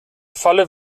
falle